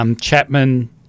Chapman